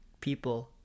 people